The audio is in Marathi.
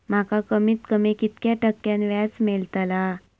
माका कमीत कमी कितक्या टक्क्यान व्याज मेलतला?